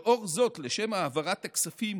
לאור זאת, לשם העברת הכספים